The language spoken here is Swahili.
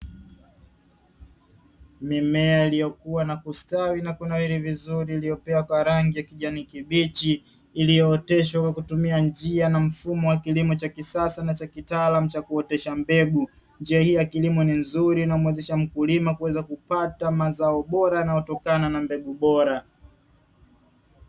Mimea iliyokua na kustawi na kunawiri vizuri iliyopewa kwa rangi ya kijani kibichi, iliyooteshwa kwa kutumia njia na mfumo wa kisasa na cha kitaalamu cha kuotesha mbegu. Njia hii ya kilimo ni nzuri na humuwezesha mkulima kuweza kupata mazao bora yanayotokana na mbegu bora.